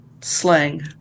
slang